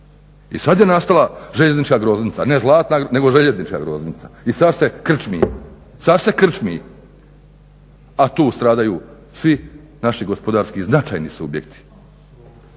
i sad je nastala željeznička groznica, ne zlatna nego željeznička groznica i sad se krčmi, sad se krčmi, a tu stradaju svi naši gospodarski značajni subjekti.